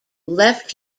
left